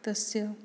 तस्य